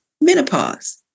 menopause